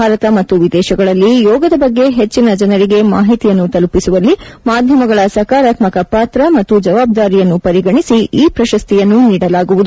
ಭಾರತ ಮತ್ತು ವಿದೇಶಗಳಲ್ಲಿ ಯೋಗದ ಬಗ್ಗೆ ಹೆಚ್ಚಿನ ಜನರಿಗೆ ಮಾಹಿತಿಯನ್ನು ತಲುಪಿಸುವಲ್ಲಿ ಮಾಧ್ಯಮಗಳ ಸಕಾರಾತ್ಮಕ ಪಾತ್ರ ಮತ್ತು ಜವಾಬ್ದಾರಿಯನ್ನು ಪರಿಗಣಿಸಿ ಈ ಪ್ರಶಸ್ತಿಯನ್ನು ನೀಡಲಾಗುವುದು